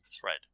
Thread